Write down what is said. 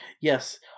Yes